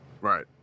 right